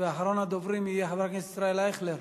אחרון הדוברים יהיה חבר הכנסת ישראל אייכלר.